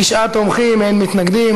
תשעה תומכים, אין מתנגדים.